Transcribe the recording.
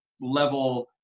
level